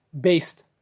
based